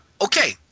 Okay